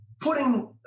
putting